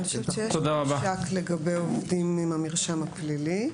אני חושבת שיש מבדק לגבי עובדים עם מרשם פלילי,